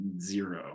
Zero